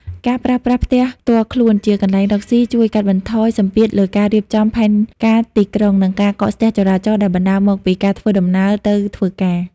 ការប្រើប្រាស់ផ្ទះផ្ទាល់ខ្លួនជាកន្លែងរកស៊ី ជួយកាត់បន្ថយសម្ពាធលើការរៀបចំផែនការទីក្រុង និងការកកស្ទះចរាចរណ៍ដែលបណ្ដាលមកពីការធ្វើដំណើរទៅធ្វើការ។